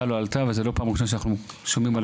וזו לא הפעם הראשונה שאנחנו שומעים על